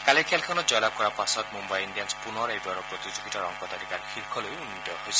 কালিৰ খেলখনত জয় লাভ কৰাৰ পাছত মুম্বাই ইণ্ডিয়ানছ পুনৰ এইবাৰৰ প্ৰতিযোগিতাৰ অংক তালিকাৰ শীৰ্যলৈ উন্নিত হৈছে